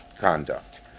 conduct